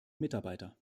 mitarbeiter